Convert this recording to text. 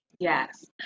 Yes